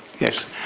Yes